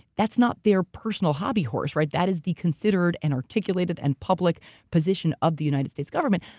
that's not their personal hobby horse, right? that is the considered and articulated and public position of the united states government.